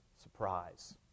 Surprise